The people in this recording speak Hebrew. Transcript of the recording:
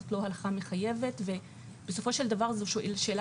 זו לא הלכה מחייבת ובסופו של דבר זו שאלה